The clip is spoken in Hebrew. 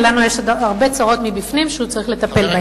ולנו יש עוד הרבה צרות מבפנים שהוא צריך לטפל בהן.